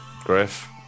Griff